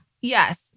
Yes